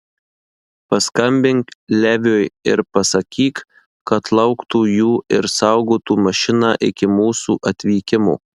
paskambink leviui ir pasakyk kad lauktų jų ir saugotų mašiną iki mūsų atvykimo